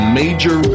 major